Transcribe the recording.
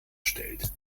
stellt